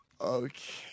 okay